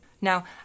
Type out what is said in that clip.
Now